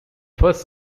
first